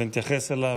ונתייחס אליו.